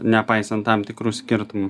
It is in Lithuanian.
nepaisant tam tikrų skirtumų